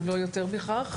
אם לא יותר מכך,